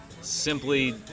simply